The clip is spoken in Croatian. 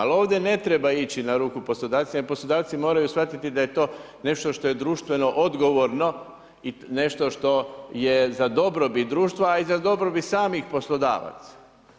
Ali ovdje ne treba ići na ruku poslodavcima i poslodavci moraju shvatiti da je to nešto što je društveno odgovorno i nešto što je za dobrobit društva, a i za dobrobit samih poslodavaca.